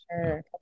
Sure